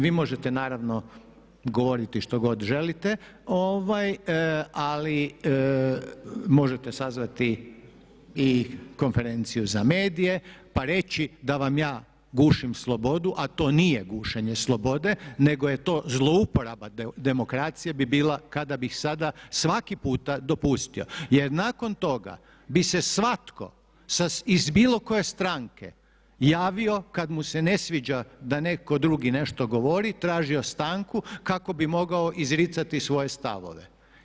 Vi možete naravno govoriti što god želite, ali možete sazvati i konferenciju za medije, pa reći da vam ja gušim slobodu a to nije gušenje slobode, nego je to zlouporaba demokracije bi bila kada bi sada svaki puta dopustio, jer nakon toga bi se svatko iz bilo koje stranke javio kad mu se ne sviđa da netko drugi nešto govori tražio stanku kako bi mogao izricati svoje stavove.